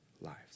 lives